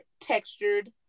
textured